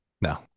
No